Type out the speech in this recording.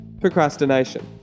procrastination